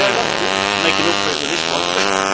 yeah that's good. making up for it with this one.